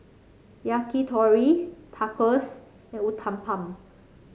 Yakitori Tacos and Uthapam